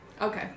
Okay